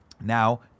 now